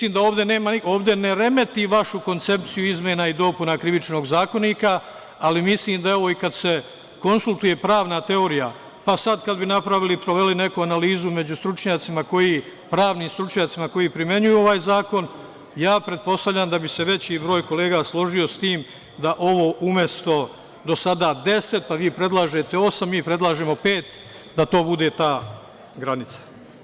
Ovde ne remeti vašu koncepciju izmena i dopuna Krivičnog zakonika, ali mislim da je ovo i kada se konsultuje pravna teorija, pa sada kada bi napravili neku analizu među pravnim stručnjacima, koji primenjuju ovaj zakon, ja pretpostavljam da bi se veći broj kolega složio sa tim da ovo umesto do sada 10, pa vi predlažete osam, mi predlažemo pet, da to bude ta granica.